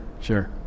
sure